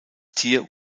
tier